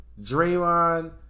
Draymond